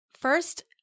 first